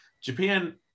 Japan